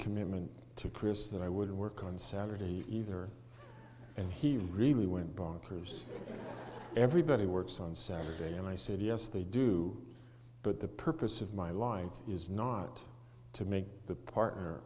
commitment to chris that i would work on saturday either and he really went bonkers everybody works on saturday and i said yes they do but the purpose of my life is not to make the partner